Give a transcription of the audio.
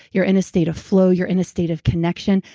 you're in a state of flow. you're in a state of connection.